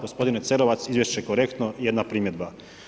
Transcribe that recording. Gospodine Cerovac, izvješće je korektno, jedna primjedba.